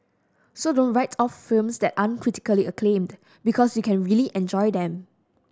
so don't write off films that aren't critically acclaimed because you can really enjoy them